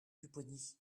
pupponi